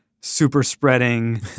super-spreading